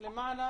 למה לנו?